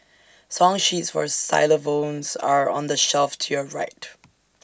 song sheets for xylophones are on the shelf to your right